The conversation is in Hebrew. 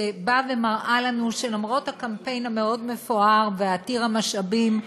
שבאה ומראה לנו שלמרות הקמפיין המאוד-מפואר ועתיר המשאבים,